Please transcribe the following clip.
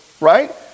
right